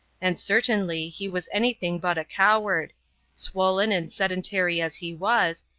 and certainly he was anything but a coward swollen and sedentary as he was,